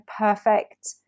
perfect